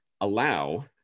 allow